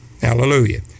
Hallelujah